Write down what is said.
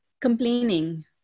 complaining